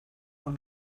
con